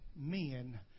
men